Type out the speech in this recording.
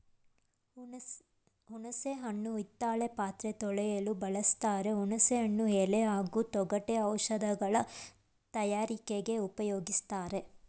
ಹುಣಸೆ ಹಣ್ಣು ಹಿತ್ತಾಳೆ ಪಾತ್ರೆ ತೊಳೆಯಲು ಬಳಸ್ತಾರೆ ಹುಣಸೆ ಹಣ್ಣು ಎಲೆ ಹಾಗೂ ತೊಗಟೆ ಔಷಧಗಳ ತಯಾರಿಕೆಲಿ ಉಪ್ಯೋಗಿಸ್ತಾರೆ